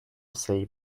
save